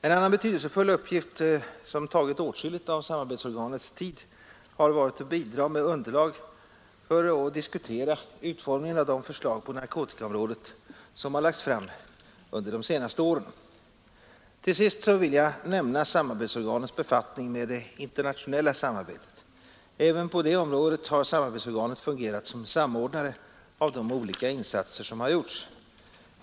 En annan betydelsefull uppgift som tagit åtskilligt av samarbetsorganets tid har varit att bidra med underlag för och diskutera utformningen av de förslag på narkotikaområdet som lagts fram under de senaste åren. Slutligen vill jag nämna samarbetsorganets befattning med det internationella samarbetet. Även på detta område har samarbetsorganet fungerat som samordnare av de olika insatser som gjorts.